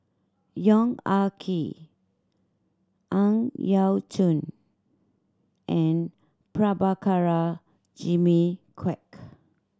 Yong Ah Kee Ang Yau Choon and Prabhakara Jimmy Quek